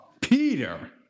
Peter